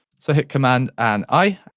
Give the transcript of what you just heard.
so hit command and i,